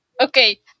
Okay